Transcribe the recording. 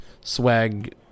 swag